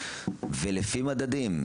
ולפי מדדים,